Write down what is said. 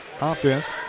offense